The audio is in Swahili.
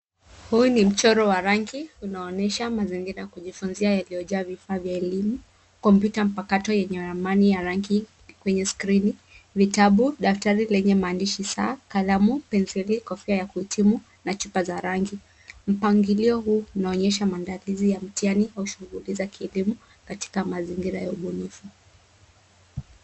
Huu ni mchoro wa rangi unaonyesha mazingira ya kujifunzia yaliyojaa vifaa vya elimu, kompyuta mpakato yenye ramani ya rangi kwenye skrini, vitabu, daftari lenye maandishi saa, kalamu, penseli, kofia ya kuhitimu na chupa za rangi. Mpangilio huu unaonyesha maandalizi ya mtihani kwa shughui za kielimu katika mazingira ya ubunifu.